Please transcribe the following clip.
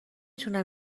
تونم